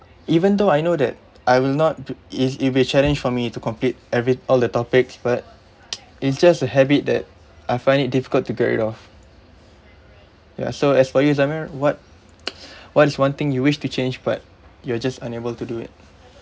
even though I know that I will not is it'll be a challenge for me to complete every all the topics but it's just a habit that I find it difficult to get rid of ya so as for you zamir what what is one thing you wished to change but you're just unable to do it